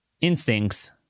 instincts